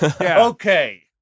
Okay